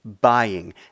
buying